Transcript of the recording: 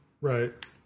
Right